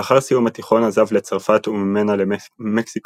לאחר סיום התיכון עזב לצרפת וממנה למקסיקו,